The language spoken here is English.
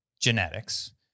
genetics